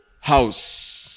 house